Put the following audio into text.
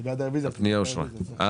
בבקשה.